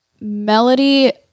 melody